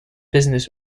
business